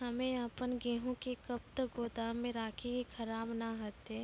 हम्मे आपन गेहूँ के कब तक गोदाम मे राखी कि खराब न हते?